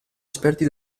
esperti